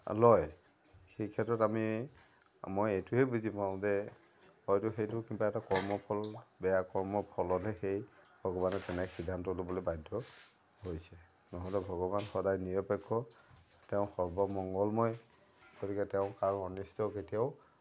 লয় সেই ক্ষেত্ৰত আমি মই এইটোৱে বুজি পাওঁ যে হয়তো সেইটো কিবা এটা কৰ্মফল বেয়া কৰ্মৰ ফলতহে সেই ভগৱানে তেনে সিদ্ধান্ত ল'বলৈ বাধ্য হৈছে নহ'লে ভগৱান সদায় নিৰপেক্ষ তেওঁ সৰ্বমংগলময় গতিকে তেওঁ কাৰো অনিষ্ট কেতিয়াও